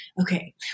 okay